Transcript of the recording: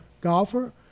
golfer